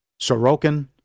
Sorokin